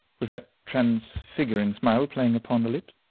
with that transfiguring smile playing upon the lips.